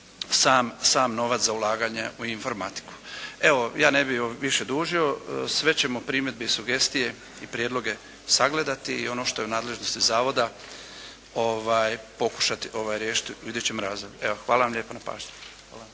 sam novac za ulaganje u informatiku. Evo ja ne bih više dužio, sve ćemo primjedbe i sugestije i prijedloge sagledati i ono što je u nadležnosti zavoda pokušati riješiti u idućem razdoblju. Hvala vam lijepa na pažnji.